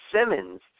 Simmons